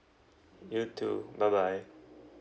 you too bye bye